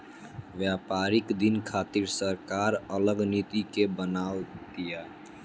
व्यापारिक दिन खातिर सरकार अलग नीति के बनाव तिया